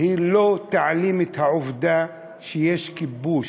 היא לא תעלים את העובדה שיש כיבוש.